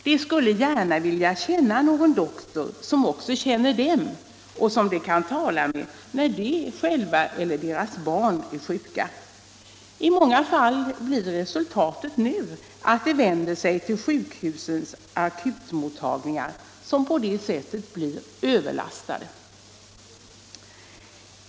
De skulle vilja känna någon doktor, som också känner dem och som de kan tala med när de eller deras barn är sjuka. I många fall blir resultatet nu att de vänder sig till sjukhusens akutmottagningar, som på det sättet blir överbelastade.